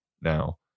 now